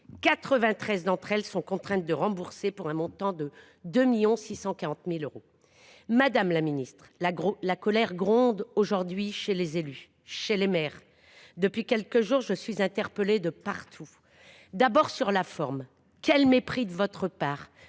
93 d’entre elles sont contraintes de rembourser, pour un montant de 2 640 000 euros. Madame la ministre, la colère gronde aujourd’hui chez les élus, chez les maires. Depuis quelques jours, je suis interpellée de partout. D’abord, sur la forme, quel mépris de votre part !